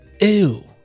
Ew